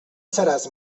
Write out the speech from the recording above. seràs